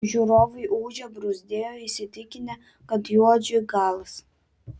žiūrovai ūžė bruzdėjo įsitikinę kad juodžiui galas